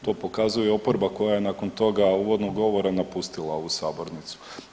To pokazuje oporba koja nakon toga uvodnog govora napustila ovu sabornicu.